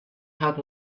had